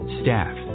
staff